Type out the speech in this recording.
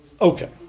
Okay